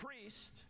priest